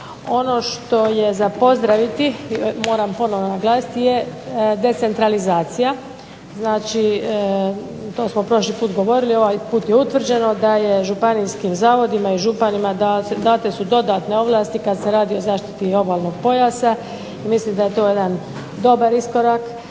Ono što je za pozdraviti, moram ponovno naglasiti, je decentralizacija. Znači, to smo prošli put govorili, ovaj put je utvrđeno da je županijskim zavodima i županima date su dodatne ovlasti kad se radi o zaštiti obalnog pojasa. Mislim da je to jedan dobar iskorak.